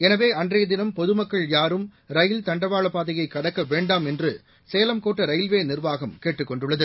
எளவே அன்றையதினம் பொதுமக்கள் யாரும் ரயில் தண்டவாய பாதையை கடக்க வேண்டாம் என்று சேலம் கோட்ட ரயில்வே நிர்வாகம் கேட்டுக் கொண்டுள்ளது